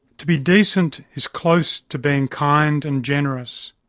to be decent is close to being kind and generous.